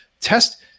Test